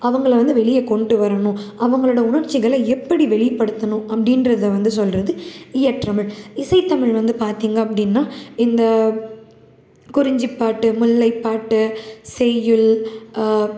அவங்கள வந்து வெளிய கொண்டு வரணும் அவங்களோட உணர்ச்சிகளை எப்படி வெளிப்படுத்தணும் அப்டின்றதை வந்து சொல்கிறது இயற்றமிழ் இசைத்தமிழ் வந்து பார்த்தீங்க அப்டின்னா இந்த குறிஞ்சிப்பாட்டு முல்லைப்பாட்டு செய்யுள்